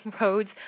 roads